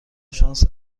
شانس